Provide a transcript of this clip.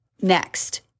Next